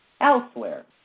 Elsewhere